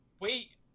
wait